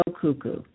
cuckoo